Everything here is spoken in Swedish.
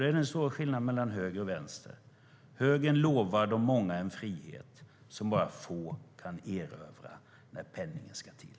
Det är den stora skillnaden mellan höger och vänster - högern lovar de många en frihet som bara få kan erövra när penningen ska till.